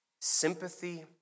Sympathy